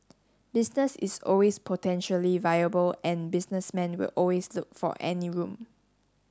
business is always potentially viable and businessmen will always look for any room